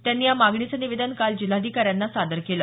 त्यांनी या मागणीचं निवेदन काल जिल्हाधिकाऱ्यांना सादर केलं